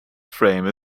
frame